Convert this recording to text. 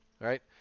right